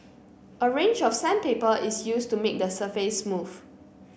a range of sandpaper is used to make the surface smooth